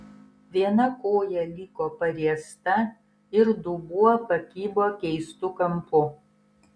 viena koja liko pariesta ir dubuo pakibo keistu kampu